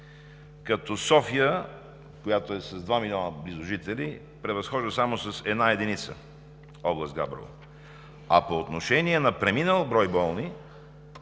като София, която е с близо 2 милиона жители, превъзхожда само с една единица област Габрово. А по отношение на преминал брой болни